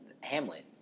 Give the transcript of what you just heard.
Hamlet